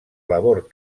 labor